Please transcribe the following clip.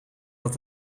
dat